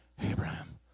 Abraham